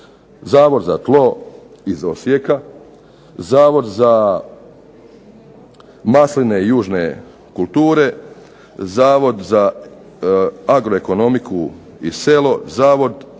Zavod za tlo iz Osijeka, Zavod za masline i južne kulture, Zavod za agro-ekonomiku i selo, Zavod